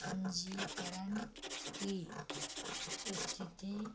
पंजीकरण की स्थिति